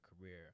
career